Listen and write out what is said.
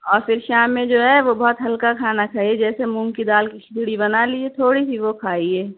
اور پھر شام میں جو ہے وہ بہت ہلکا کھانا کھائیے جیسے مونگ کی دال کی کھچڑی بنا لیجیے تھوڑی سی وہ کھائیے